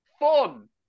fun